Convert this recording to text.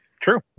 True